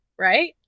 right